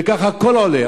וכך הכול עולה,